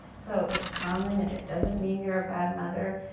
so it's common and it doesn't mean you're a bad mother.